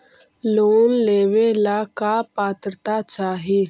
Loan लेवेला का पात्रता चाही?